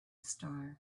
star